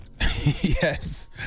Yes